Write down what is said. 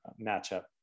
matchup